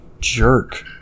jerk